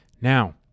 Now